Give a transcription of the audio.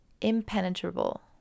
impenetrable